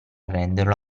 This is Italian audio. renderlo